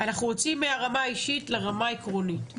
אנחנו יוצאים מהרמה האישית לרמה העקרונית,